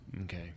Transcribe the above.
Okay